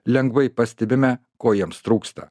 lengvai pastebime ko jiems trūksta